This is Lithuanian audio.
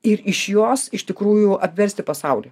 ir iš jos iš tikrųjų apversti pasaulį